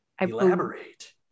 Elaborate